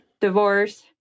divorce